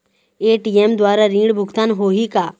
ATM द्वारा ऋण भुगतान होही का?